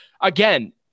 again